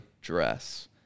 dress